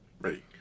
ready